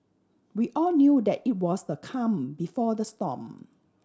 we all knew that it was the calm before the storm